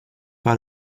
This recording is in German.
war